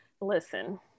Listen